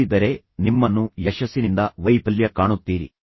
ಅದು ನಿಮ್ಮನ್ನು ಯಶಸ್ಸಿನಿಂದ ಕೆಳಗಿಳಿಸುತ್ತದೆ ಮತ್ತು ನಂತರ ನೀವು ವೈಫಲ್ಯವನ್ನು ಕಾಣುತ್ತೀರಿ